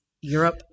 Europe